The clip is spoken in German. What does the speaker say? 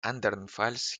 andernfalls